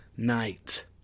night